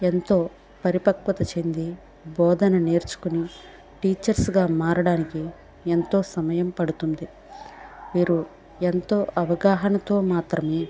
ఎంతో పరిపక్వత చెంది బోధన నేర్చుకొని టీచర్స్గా మారడానికి ఎంతో సమయం పడుతుంది వీరు ఎంతో అవగాహనతో మాత్రమే